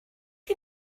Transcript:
you